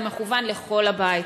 זה מכוון לכל הבית.